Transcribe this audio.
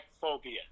phobia